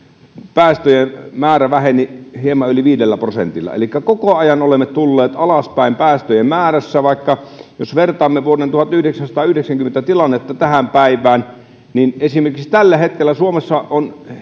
päästöjen määrä väheni hieman yli viidellä prosentilla elikkä koko ajan olemme tulleet alaspäin päästöjen määrässä jos vertaamme vuoden tuhatyhdeksänsataayhdeksänkymmentä tilannetta tähän päivään niin tällä hetkellä suomessa on esimerkiksi